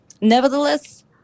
nevertheless